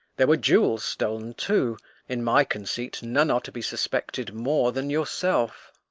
there were jewels stol'n too in my conceit, none are to be suspected more than yourself.